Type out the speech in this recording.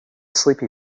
sleepy